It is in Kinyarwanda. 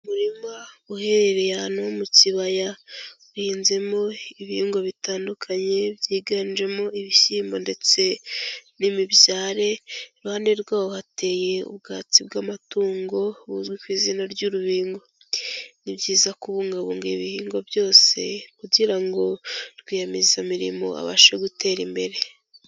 Umurima uherereye ahantu ho mu kibaya, uhinzemo ibihingwa bitandukanye byiganjemo ibishyimbo ndetse n'imibyare, iruhande rwaho hateye ubwatsi bw'amatungo buzwi ku izina ry'urubingo, ni byiza kubungabunga ibihingwa byose kugira ngo rwiyemezamirimo abashe gutera imbere.